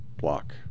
block